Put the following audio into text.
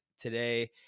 today